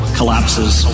collapses